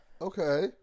Okay